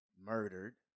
murdered